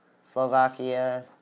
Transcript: Slovakia